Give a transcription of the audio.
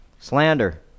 Slander